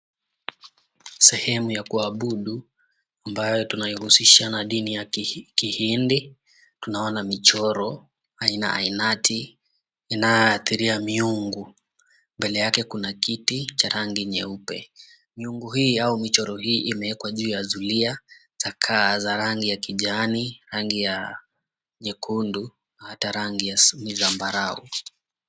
Sehemu ya kuabudu ambayo tunaihusisha na dini ya Kihindi. Tunaona michoro aina ainati inayoyaathiria miungu. Mbele yake kuna kiti cha rangi nyeupe. Miungu hii au michoro hii imewekwa juu ya zulia za kaa za rangi ya kijani, rangi ya nyekundu hata rangi ya zambarau.